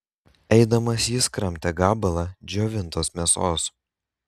eidamas jis kramtė gabalą džiovintos mėsos